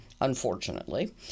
unfortunately